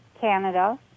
Canada